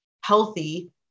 healthy